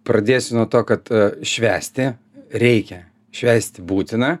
pradėsiu nuo to kad švęsti reikia švęsti būtina